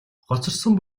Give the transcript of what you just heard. хоцорсон